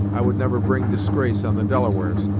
i would never bring disgrace on the delawares,